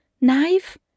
Knife